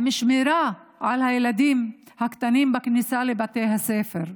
עם שמירה על הילדים הקטנים בכניסה לבתי הספר,